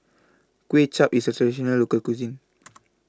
Kuay Chap IS A Traditional Local Cuisine